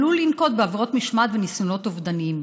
הוא עלול לנקוט בעבירות משמעת וניסיונות אובדניים.